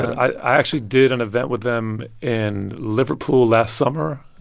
i actually did an event with them in liverpool last summer.